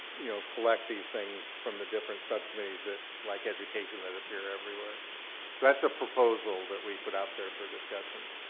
you know, collect these things from the different subcommittees, like education, that appear everywhere. so that's a proposal that we put out there for discussion.